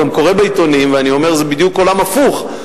אני גם קורא בעיתונים ואומר: זה בדיוק עולם הפוך.